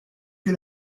que